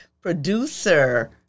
producer